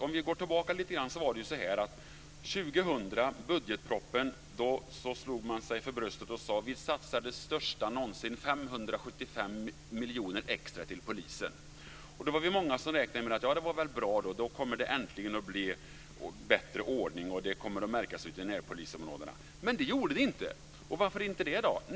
Om vi går tillbaka lite grann var det ju så att man i samband med budgetpropositionen 2000 slog sig för bröstet och sade: Vi gör den största satsningen någonsin, 575 miljoner extra till polisen. Då var vi många som sade: Det var väl bra. Då kommer det äntligen att bli bättre ordning, och det kommer att märkas ute i närpolisområdena. Men det gjorde det inte. Varför inte det då?